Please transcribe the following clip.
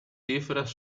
cifras